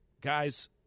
Guys